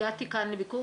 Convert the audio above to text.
לכאן לביקור,